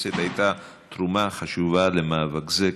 שלכנסת הייתה תרומה חשובה למאבק זה.